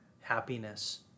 happiness